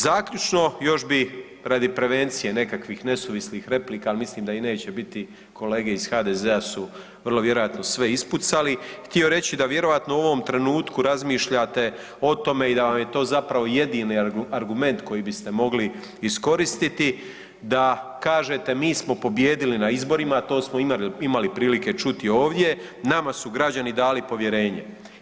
Zaključno, još bi radi prevencije nekakvih nesuvislih replika, ali mislim da ih neće biti kolege iz HDZ-a su vrlo vjerojatno sve ispucali, htio reći da vjerojatno u ovom trenutku razmišljate o tome i da vam je to zapravo jedini argument koji biste mogli iskoristiti da kažete mi smo pobijedili na izborima, a to smo imali prilike čuti ovdje, nama su građani dali povjerenje.